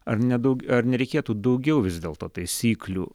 ar nedaug ar nereikėtų daugiau vis dėlto taisyklių